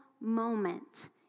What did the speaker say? moment